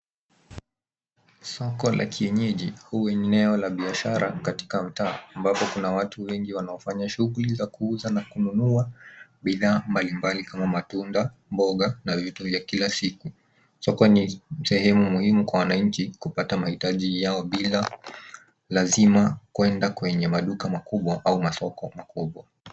Soko la kienyeji, huu ni eneo la biashara, katika mtaa, ambapo kuna watu wengi wanaofanya shughuli za kuuza na kununua bidhaa mbalimbali kama matunda, mboga na vitu vya kila siku. Soko ni sehemu muhimu kwa wananchi kupata mahitaji yao bila lazima kwenda kwenye maduka makubwa au masoko makubwa.